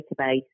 database